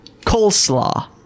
coleslaw